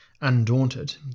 Undaunted